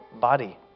body